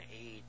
aid